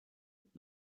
und